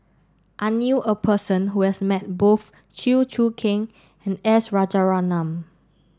I knew a person who has met both Chew Choo Keng and S Rajaratnam